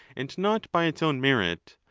and not by its own merit,